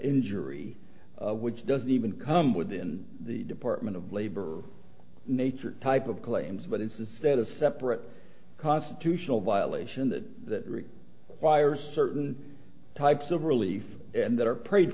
injury which doesn't even come within the department of labor or nature type of claims but it's a set of separate constitutional violation that that really fire certain types of relief and that are prayed